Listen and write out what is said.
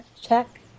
check